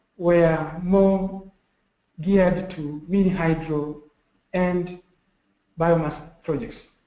were more geared to mini hydro and biomass projects.